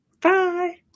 Bye